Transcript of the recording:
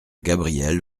gabrielle